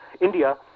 India